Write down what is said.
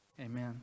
amen